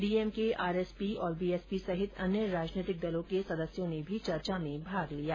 DMK RSP और BSP सहित अन्य राजनीतिक दलों के सदस्यों ने भी चर्चा में भाग लिया